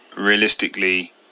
realistically